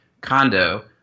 condo